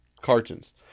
cartons